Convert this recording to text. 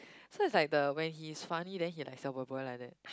so is like the when he's funny then he like 小：xiao boy boy like that